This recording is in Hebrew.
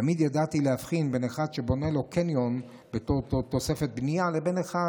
תמיד ידעתי להבחין בין אחד שבונה לו קניון כתוספת בנייה לבין אחד,